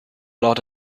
lot